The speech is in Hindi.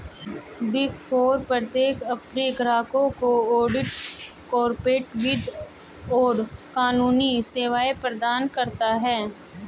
बिग फोर प्रत्येक अपने ग्राहकों को ऑडिट, कॉर्पोरेट वित्त और कानूनी सेवाएं प्रदान करता है